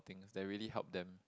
things that really help them